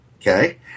Okay